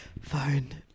fine